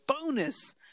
bonus